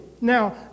Now